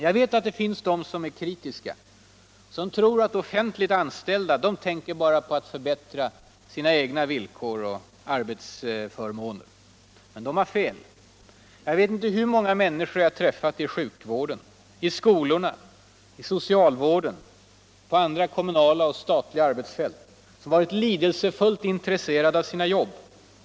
Jag vet att det finns de som är kritiska, som tror att de offentligt anställda bara tänker på att förbättra sina egna förmåner och arbetsvillkor. Men de har fel. Jag vet inte hur många människor jag har träffat i sjukvården, i skolorna, i socialvården och på andra kommunala och statliga arbetsfält som har varit lidelsefullt intresserade av sina jobb.